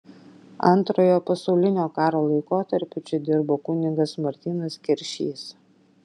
antrojo pasaulinio karo laikotarpiu čia dirbo kunigas martynas keršys